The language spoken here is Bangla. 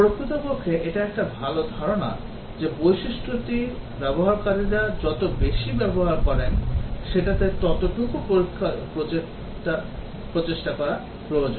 প্রকৃতপক্ষে এটা একটা ভাল ধারণা যে বৈশিষ্ট্যটি ব্যবহারকারীরা যত বেশি ব্যবহার করেন সেটাতে ততটুকু প্রচেষ্টা করা প্রয়োজন